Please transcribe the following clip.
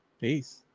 Peace